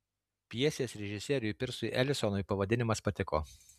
pjesės režisieriui pirsui elisonui pavadinimas patiko